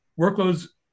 workload's